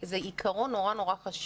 זה עיקרון מאוד מאוד חשוב.